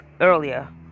earlier